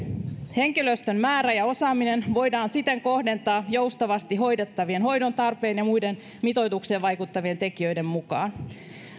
henkilöstön määrä ja osaaminen voidaan siten kohdentaa joustavasti hoidettavien hoidontarpeen ja muiden mitoitukseen vaikuttavien tekijöiden mukaan